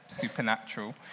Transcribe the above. supernatural